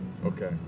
Okay